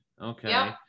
okay